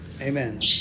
Amen